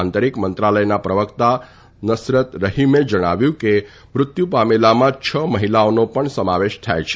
આંતરીક મંત્રાલયના પ્રવકતા નરસત રહીમએ જણાવ્યું હતું કે મૃત્યુ પામેલામાં છ મહિલાઓનો પણ સમાવેશ થાય છે